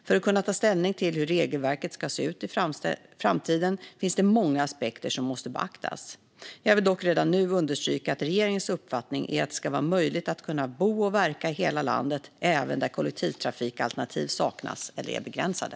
För att kunna ta ställning till hur regelverket ska se ut i framtiden finns det många aspekter som måste beaktas. Jag vill dock redan nu understryka att regeringens uppfattning är att det ska vara möjligt att bo och verka i hela landet, även där kollektivtrafikalternativ saknas eller är begränsade.